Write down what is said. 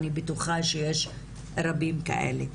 אני בטוחה שיש רבים מאלה.